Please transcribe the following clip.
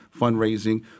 fundraising